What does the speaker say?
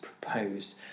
proposed